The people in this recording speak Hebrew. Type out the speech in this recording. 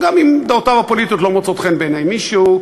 גם אם דעותיו הפוליטיות לא מוצאות חן בעיני מישהו,